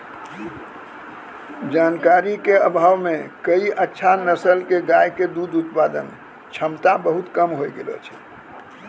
जानकारी के अभाव मॅ कई अच्छा नस्ल के गाय के दूध उत्पादन क्षमता बहुत कम होय गेलो छै